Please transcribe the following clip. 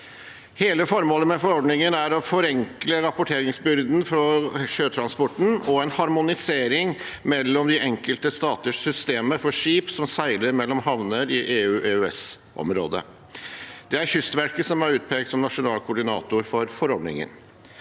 Hele formålet med forordningen er å forenkle rapporteringsbyrden for sjøtransporten og en harmonisering mellom de enkelte staters systemer for skip som seiler mellom havner i EU/EØS-området. Det er Kystverket som er utpekt som nasjonal koordinator for forordningen.